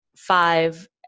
Five